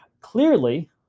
clearly